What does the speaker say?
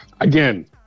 Again